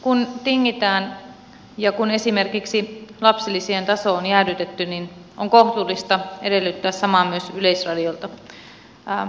kun tingitään ja kun esimerkiksi lapsilisien taso on jäädytetty niin on kohtuullista edellyttää samaa myös yleisradiolta